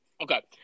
Okay